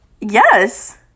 yes